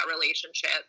relationship